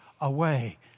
away